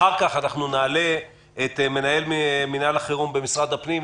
אחר כך אנחנו נעלה את מנהל מינהל החירום במשרד הפנים,